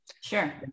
Sure